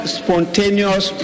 spontaneous